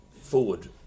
forward